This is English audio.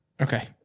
Okay